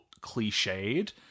cliched